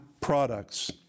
products